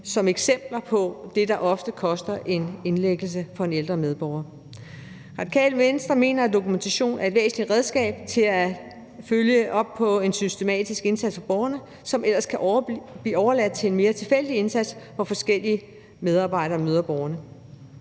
som er eksempler på det, der ofte koster en indlæggelse for en ældre medborger. Radikale Venstre mener, at dokumentation er et væsentligt redskab til at følge op på en systematisk indsats over for borgeren, som ellers kan blive overladt til en mere tilfældig indsats, hvor forskellige medarbejdere møder borgeren.